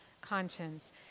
conscience